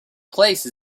place